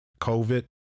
COVID